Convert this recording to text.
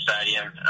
Stadium